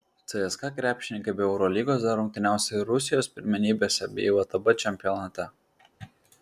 cska krepšininkai be eurolygos dar rungtyniaus ir rusijos pirmenybėse bei vtb čempionate